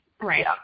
Right